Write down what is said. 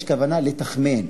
יש כוונה לתכמן.